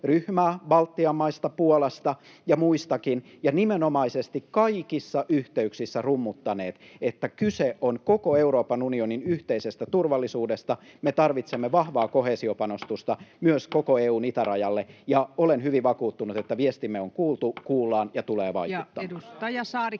ryhmää Baltian maista, Puolasta ja muistakin ja nimenomaisesti kaikissa yhteyksissä rummuttaneet, että kyse on koko Euroopan unionin yhteisestä turvallisuudesta. Me tarvitsemme vahvaa koheesiopanostusta myös koko EU:n itärajalle, ja olen hyvin vakuuttunut, että viestimme on kuultu,